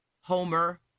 homer